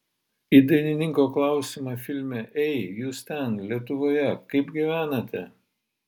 į dainininko klausimą filme ei jūs ten lietuvoje kaip gyvenate